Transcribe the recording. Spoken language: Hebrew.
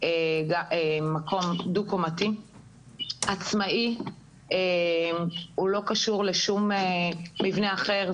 מקום דו-קומתי עצמאי שלא קשור לשום מבנה אחר.